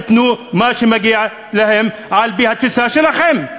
תנו מה שמגיע להם על-פי התפיסה שלכם,